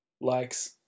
likes